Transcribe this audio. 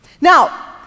Now